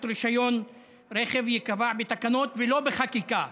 רישיון רכב ייקבע בתקנות ולא בחקיקה.